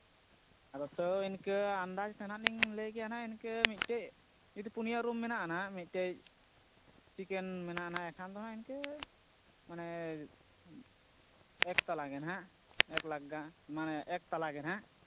ᱟᱫᱚ ᱛᱟᱹᱣ ᱤᱱᱠᱟᱹ ᱟᱱᱫᱟᱡᱽ ᱛᱮᱜᱮ ᱦᱟᱸᱜ ᱞᱟᱹᱭ ᱠᱮᱫᱟᱞᱤᱧ ᱦᱟᱸᱜ ᱤᱱᱠᱟᱹ ᱢᱤᱫᱴᱮᱡ ᱡᱩᱫᱤ ᱯᱩᱱᱭᱟᱹ ᱨᱩᱢ ᱢᱮᱱᱟᱜᱼᱟ ᱦᱟᱸᱜ ᱢᱤᱫᱴᱮᱡ ᱠᱤᱪᱮᱱ ᱢᱮᱱᱟᱜᱼᱟ ᱦᱟᱸᱜ ᱮᱱᱠᱷᱟᱱ ᱫᱚ ᱤᱱᱠᱟᱹ ᱢᱟᱱᱮ ᱮᱠ ᱛᱟᱞᱟ ᱜᱮ ᱦᱟᱸᱜ ᱮᱠ ᱞᱟᱠᱷ ᱜᱟᱱ ᱮᱠ ᱛᱟᱞᱟᱜᱮ ᱦᱟᱸᱜ